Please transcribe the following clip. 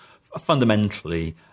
fundamentally